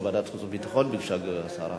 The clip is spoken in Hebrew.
ועדת החוץ והביטחון, ביקשה השרה.